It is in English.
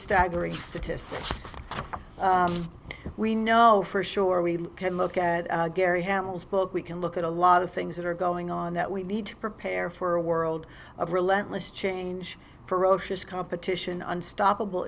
staggering statistics we know for sure we can look at gary hamill's book we can look at a lot of things that are going on that we need to prepare for a world of relentless change ferocious competition unstoppable